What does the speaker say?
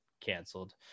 canceled